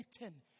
written